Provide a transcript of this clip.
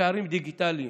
פערים דיגיטליים,